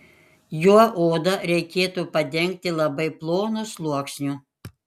juo odą reikėtų padengti labai plonu sluoksniu